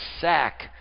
sack